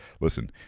listen